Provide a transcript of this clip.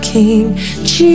King